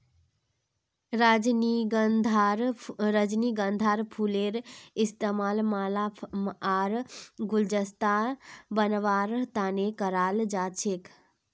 रजनीगंधार फूलेर इस्तमाल माला आर गुलदस्ता बनव्वार तने कराल जा छेक